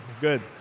good